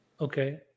Okay